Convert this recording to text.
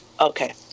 okay